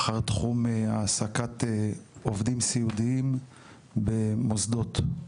אחר תחום העסקת עובדים סיעודיים במוסדות.